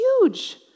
huge